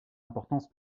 importance